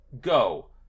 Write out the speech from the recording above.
go